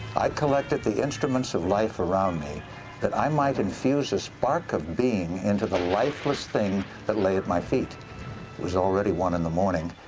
i collected the instruments of life around me that i might infuse a spark of being into the lifeless thing that lay at my feet. it was already one in the morning.